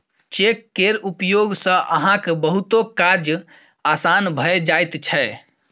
cheque केर उपयोग सँ अहाँक बहुतो काज आसान भए जाइत छै